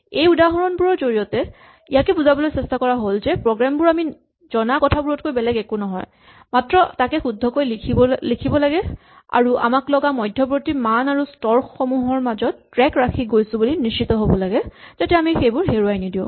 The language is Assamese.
এই উদাহৰণবোৰৰ জৰিয়তে ইয়াকে বুজাবলৈ চেষ্টা কৰা হ'ল যে প্ৰগ্ৰেম বোৰ আমি জনা কথাবোৰতকৈ বেলেগ একো নহয় মাত্ৰ তাকে শুদ্ধকৈ লিখিব লাগে আৰু আমাক লগা মধ্যবৰ্ত্তী মান আৰু স্তৰসমূহৰ মাজত ট্ৰেক ৰাখি গৈছো বুলি নিশ্চিত হ'ব লাগে যাতে আমি সেইবোৰ হেৰুৱাই নিদিও